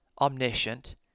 omniscient